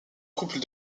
couple